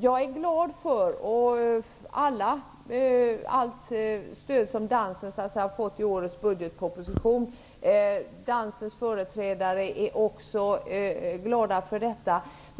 Jag är glad för allt det stöd dansen har fått i årets budgetproposition. Dansens företrädare är också glada för detta.